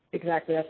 exactly, ah